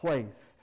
place